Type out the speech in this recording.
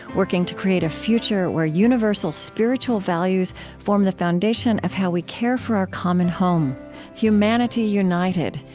working to create a future where universal spiritual values form the foundation of how we care for our common home humanity united,